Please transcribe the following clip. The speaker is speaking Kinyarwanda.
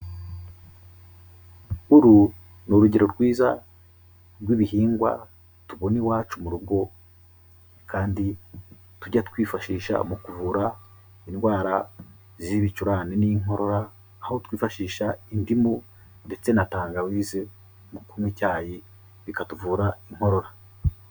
Uru ni urugero rwiza rw'ibihingwa tubona iwacu mu rugo kandi tujya twifashisha mu kuvura indwara z'ibicurane n'inkorora, aho twifashisha indimu, ndetse na tangawize mu kunywa icyayi, bikatuvura inkorora.